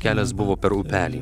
kelias buvo per upelį